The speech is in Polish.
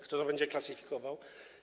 Kto to będzie klasyfikował?